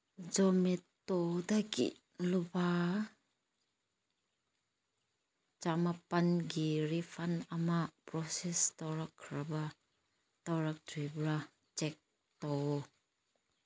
ꯖꯣꯃꯥꯇꯣꯗꯒꯤ ꯂꯨꯄꯥ ꯆꯥꯝꯃꯥꯄꯜꯒꯤ ꯔꯤꯐꯟ ꯑꯃ ꯄ꯭ꯔꯣꯁꯦꯁ ꯇꯧꯔꯛꯈ꯭ꯔꯕ ꯇꯧꯔꯛꯇ꯭ꯔꯤꯕ꯭ꯔꯥ ꯆꯦꯛ ꯇꯧꯑꯣ